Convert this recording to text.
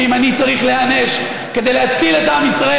ואם אני צריך להיענש כדי להציל את עם ישראל,